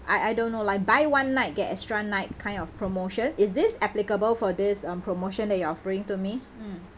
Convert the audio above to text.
I I don't know like buy one night get extra night kind of promotion is this applicable for this um promotion that you're offering to me mm